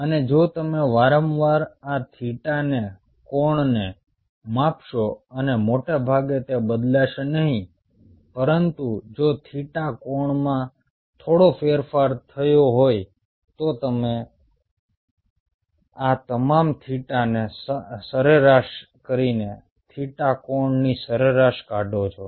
અને જો તમે વારંવાર આ થીટાને કોણને માપશો અને મોટા ભાગે તે બદલાશે નહીં પરંતુ જો થીટા કોણમાં થોડો ફેરફાર થયો હોય તો પણ તમે આ તમામ થીટાને સરેરાશ કરીને થીટા કોણથી સરેરાશ કાઢો છો